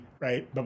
right